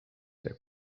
der